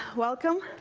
welcome.